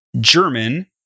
German